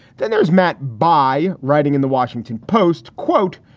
then there's matt bai writing in the washington post, quote,